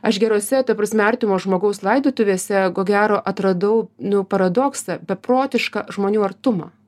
aš gerose ta prasme artimo žmogaus laidotuvėse ko gero atradau nu paradoksą beprotišką žmonių artumą